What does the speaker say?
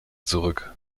zurück